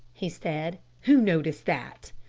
he said. who noticed that?